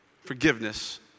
forgiveness